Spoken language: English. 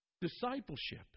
Discipleship